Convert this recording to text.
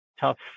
tough